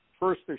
First